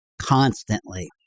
constantly